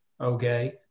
Okay